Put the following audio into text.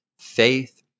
faith